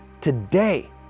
today